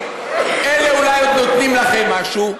אלה אולי עוד נותנים לכם משהו.